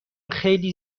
خیلی